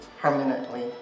permanently